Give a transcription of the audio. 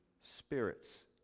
Spirits